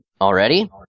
Already